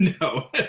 No